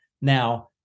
now